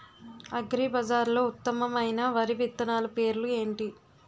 అగ్రిబజార్లో ఉత్తమమైన వరి విత్తనాలు పేర్లు ఏంటి?